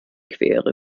quere